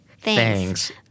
thanks